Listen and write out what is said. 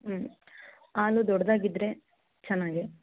ಹ್ಞೂ ಹಾಲು ದೊಡ್ಡದಾಗಿದ್ರೆ ಚೆನ್ನಾಗಿ